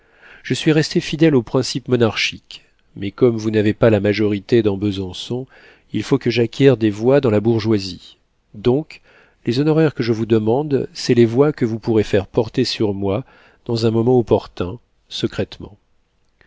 je suis resté fidèle aux principes monarchiques mais comme vous n'avez pas la majorité dans besançon il faut que j'acquière des voix dans la bourgeoisie donc les honoraires que je vous demande c'est les voix que vous pourrez faire porter sur moi dans un moment opportun secrètement